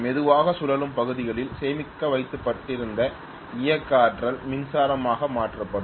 மெதுவாக சுழலும் பகுதிகளில் சேமித்து வைக்கப்பட்டிருந்த இயக்க ஆற்றல் மின்சாரமாக மாற்றப்படும்